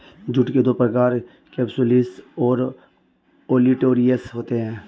jute के दो प्रकार केपसुलरिस और ओलिटोरियस होते हैं